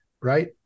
right